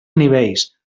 nivells